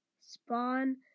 spawn